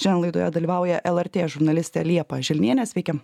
šiandien laidoje dalyvauja lrt žurnalistė liepa želnienė sveiki